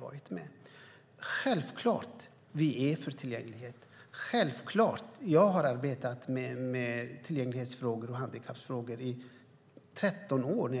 Vi är självklart för tillgänglighet. Jag har arbetat med tillgänglighetsfrågor och handikappfrågor i 13 år